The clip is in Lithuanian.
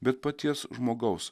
bet paties žmogaus